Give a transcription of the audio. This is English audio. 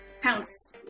pounce